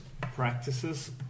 practices